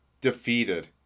defeated